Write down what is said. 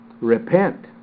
repent